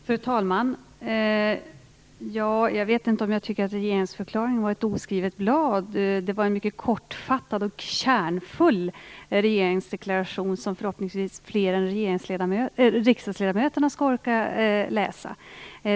Fru talman! Jag vet inte om jag kan tycka att regeringsförklaringen var ett oskrivet blad. Den var en mycket kortfattad och kärnfull deklaration, som förhoppningsvis fler än riksdagsledamöterna skall orka läsa.